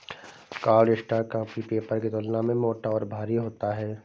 cardstock copy paper की तुलना में मोटा और भारी होता है